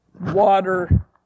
Water